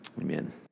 amen